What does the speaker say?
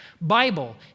Bible